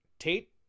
Tate